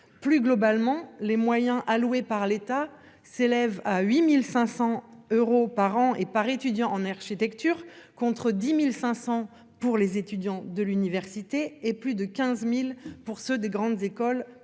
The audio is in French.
Plus globalement, les moyens alloués par l'État s'élève à 8500 euros par an et par étudiant en architecture, contre 10.500 pour les étudiants de l'université et plus de 15.000 pour ceux des grandes écoles, pourquoi cet